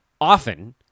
often